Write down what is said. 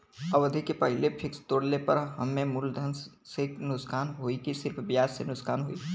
अवधि के पहिले फिक्स तोड़ले पर हम्मे मुलधन से नुकसान होयी की सिर्फ ब्याज से नुकसान होयी?